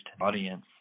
audience